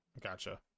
Gotcha